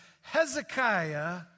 Hezekiah